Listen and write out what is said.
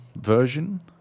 version